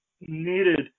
needed